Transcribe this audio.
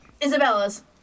Isabella's